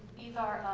these are